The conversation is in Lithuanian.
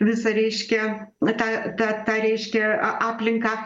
visą reiškia na tą tą tą reiškia a aplinką